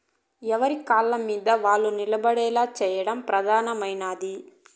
ఎవరి కాళ్ళమీద వాళ్ళు నిలబడేలా చేయడం ప్రధానమైనది